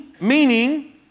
meaning